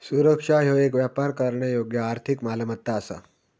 सुरक्षा ह्यो येक व्यापार करण्यायोग्य आर्थिक मालमत्ता असा